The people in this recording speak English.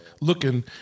looking